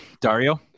Dario